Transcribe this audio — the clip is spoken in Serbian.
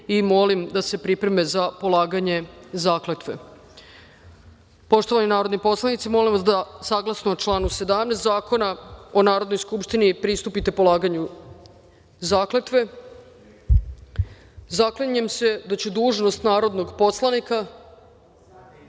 i molim da se pripreme za polaganje zakletve. Poštovani narodni poslanici, molim vas da, saglasno članu 17. Zakona o Narodnoj skupštini, pristupite polaganju zakletve.(Predsednik čita tekst zakletve, a narodni poslanici